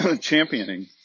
championing